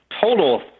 Total